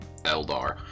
Eldar